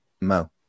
mo